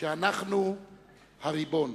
שאנחנו הריבון.